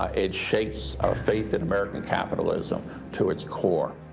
ah it shakes our faith in american capitalism to its core.